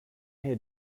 had